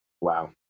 Wow